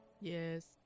Yes